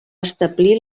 establir